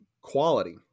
quality